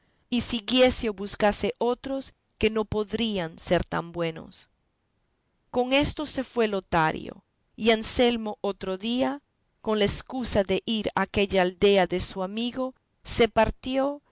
buscase otros que no podrían ser tan buenos con esto se fue lotario y anselmo otro día con la escusa de ir aquella aldea de su amigo se partió